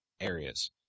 areas